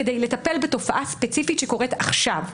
כדי לטפל בתופעה ספציפית שקורית עכשיו.